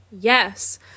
Yes